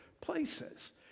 places